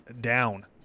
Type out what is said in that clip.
down